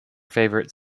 favourite